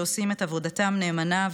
שעושים את עבודתם נאמנה,